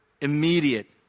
immediate